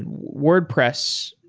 and wordpress,